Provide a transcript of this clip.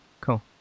cool